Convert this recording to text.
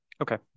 okay